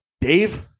Dave